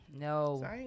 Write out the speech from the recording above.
No